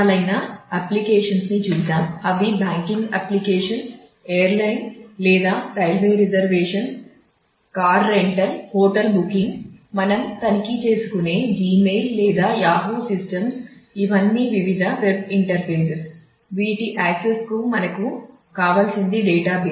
web interface